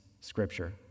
scripture